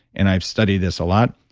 and i've studied this a lot.